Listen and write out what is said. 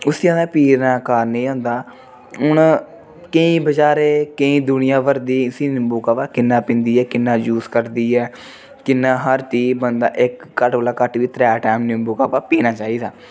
उसी असें पीने दा कारण एह् होंदा हून केईं बेचारे केईं दुनिया भर दे इसी नींबू काह्वा किन्ना पींदी ऐ किन्ना यूज़ करदी ऐ किन्ना हर चीज बंद इक घट्ट कोला घट्ट बी त्रै टैम नींबू काह्वा पीना चाहिदा